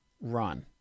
run